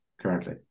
currently